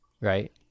right